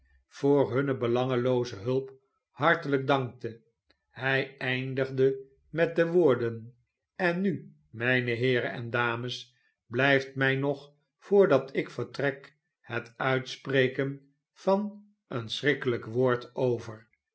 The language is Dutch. voor hunne belangelooze hulp hartelijk dankte hij eindigde met de woorden en nu mijne heeren en dames blijft mij nog voordat ik vertrek het uitspreken van een schrikkelijk woord over